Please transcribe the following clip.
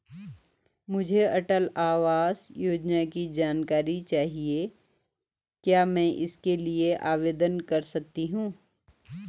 मुझे अटल आवास योजना की जानकारी चाहिए क्या मैं इसके लिए आवेदन कर सकती हूँ?